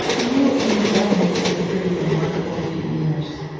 and you and your family have had a pretty remarkable few years,